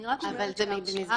אז למה דרושה לנו הצעת חוק כזאת?